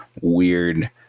weird